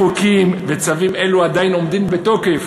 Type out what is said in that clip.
רבים מחוקים וצווים אלו עדיין עומדים בתוקף